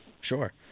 Sure